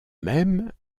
même